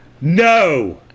No